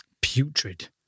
Putrid